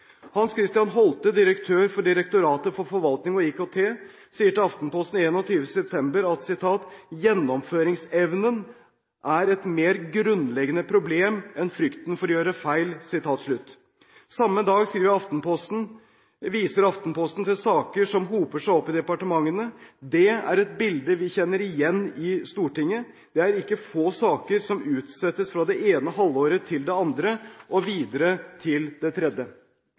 Hans Christian Holthe, direktør for Direktoratet for forvaltning og IKT sier til Aftenposten 21. september at «gjennomføringsevnen er et mer grunnleggende problem enn frykten for å gjøre feil». Samme dag viser Aftenposten til saker som hoper seg opp i departementene. Det er et bilde vi kjenner igjen i Stortinget. Det er ikke få saker som utsettes fra det ene halvåret til det andre og videre til det tredje.